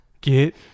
Get